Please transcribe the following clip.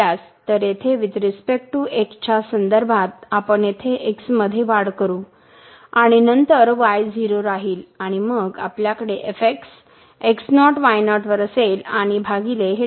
तर येथे with respect to x च्या संदर्भात आपण येथे x मध्ये वाढ करू आणि नंतर y0 राहील आणि मग आपल्याकडे fx x0 y0 वर असेल आणि भागिले हे